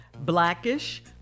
Blackish